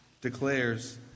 declares